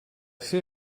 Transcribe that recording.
ser